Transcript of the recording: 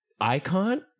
icon